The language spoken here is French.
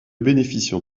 bénéficiant